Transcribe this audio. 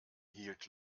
hielt